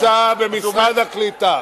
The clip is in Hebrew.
הוא נמצא במשרד הקליטה,